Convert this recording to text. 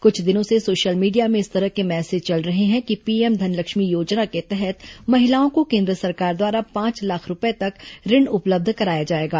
कुछ दिनों से सोशल मीडिया में इस तरह के मैसेज चल रहे हैं कि पीएम धन लक्ष्मी योजना के तहत महिलाओं को केन्द्र सरकार द्वारा पांच लाख रूपये तक ऋण उपलब्ध कराया जाएगा